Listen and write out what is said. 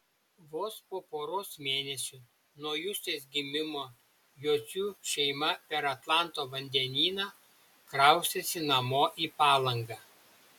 vos po poros mėnesių nuo justės gimimo jocių šeima per atlanto vandenyną kraustėsi namo į palangą